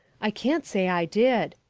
i can't say i did.